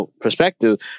perspective